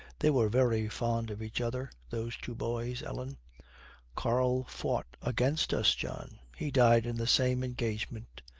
they were very fond of each other, those two boys, ellen karl fought against us, john. he died in the same engagement.